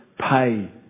pay